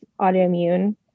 autoimmune